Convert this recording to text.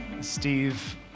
Steve